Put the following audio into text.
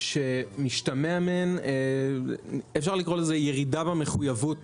שמשתמע מהן ירידה במחויבות